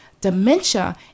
dementia